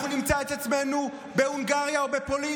אנחנו נמצא את עצמנו בהונגריה או בפולין,